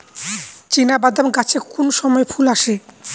চিনাবাদাম গাছে কোন সময়ে ফুল আসে?